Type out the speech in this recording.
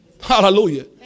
hallelujah